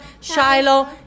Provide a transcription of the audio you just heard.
Shiloh